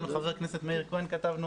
גם לחבר הכנסת מאיר כהן כתבנו